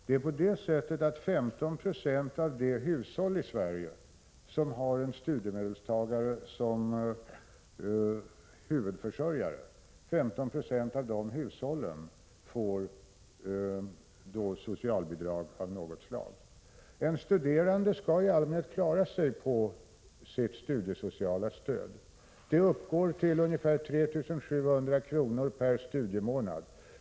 Det är på det sättet att 15 96 av de hushåll i Sverige som har en studiemedelstagare som huvudförsörjare får socialbidrag av något slag. En studerande skall i allmänhet klara sig på sitt studiesociala stöd. Det uppgår till ungefär 3 700 kr. per studiemånad.